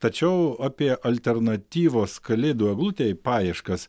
tačiau apie alternatyvos kalėdų eglutei paieškas